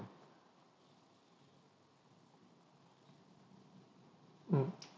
mm